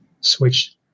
switch